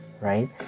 right